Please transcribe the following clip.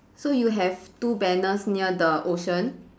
so you have two banners near the ocean